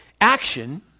action